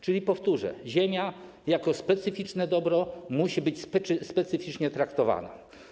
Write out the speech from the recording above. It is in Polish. Czyli, powtórzę, ziemia jako specyficzne dobro musi być specyficznie traktowana.